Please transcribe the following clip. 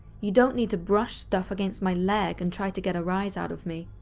you don't need to brush stuff against my leg and try to get a rise out of me.